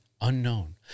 unknown